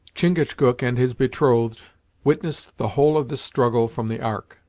chingachgook and his betrothed witnessed the whole of this struggle from the ark.